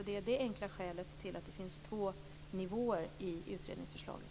Det är det enkla skälet till att det finns två nivåer i utredningsförslaget.